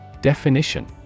Definition